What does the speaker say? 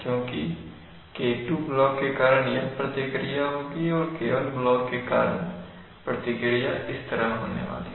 क्योंकि K2 block के कारण यह प्रतिक्रिया होगी और K1 ब्लॉक के कारण प्रतिक्रिया इस तरह होने वाली है